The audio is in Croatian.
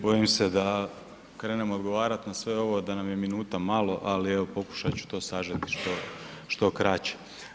Bojim se da krenem odgovarat na sve ovo da nam je minuta mali, ali evo pokušati ću to sažeti što, što kraće.